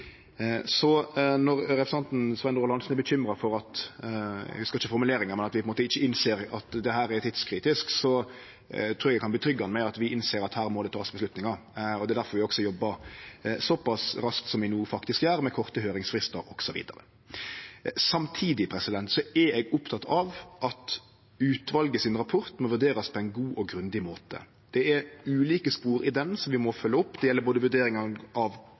Når representanten Svein Roald Hansen er bekymra for at – eg minnest ikkje formuleringa – vi på ein måte ikkje innser at dette er tidskritisk, trur eg at eg kan roe han med at vi innser at ein må ta avgjerder her. Det er også difor vi jobbar såpass raskt som vi no faktisk gjer, med korte høyringsfristar osv. Samtidig er eg oppteken av at rapporten til utvalet må vurderast på ein god og grundig måte. Det er ulike spor i den som vi må følgje opp. Det gjeld vurderingar av korleis vi kan sikre ny deponikapasitet, det gjeld vurderingar av